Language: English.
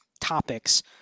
topics